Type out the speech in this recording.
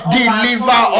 deliver